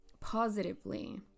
positively